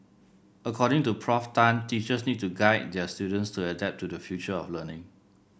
according to Prof Tan teachers need to guide their students to adapt to the future of learning